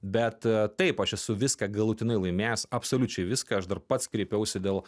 bet taip aš esu viską galutinai laimėjęs absoliučiai viską aš dar pats kreipiausi dėl